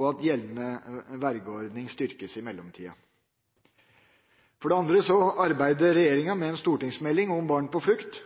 og at gjeldende vergeordning styrkes i mellomtida. For det andre arbeider regjeringa med ei stortingsmelding om barn på flukt